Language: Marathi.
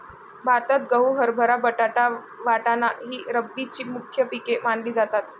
भारतात गहू, हरभरा, बटाटा, वाटाणा ही रब्बीची मुख्य पिके मानली जातात